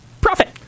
profit